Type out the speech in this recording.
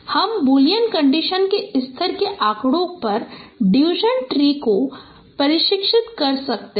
अब हम Boolean conditions के स्तर के आंकड़ों पर डिसिजन ट्री को प्रशिक्षित कर सकते हैं